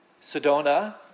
Sedona